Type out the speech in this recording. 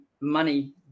money